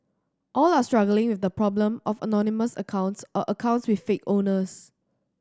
all are struggling with the problem of anonymous accounts or accounts with fake owners